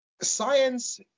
science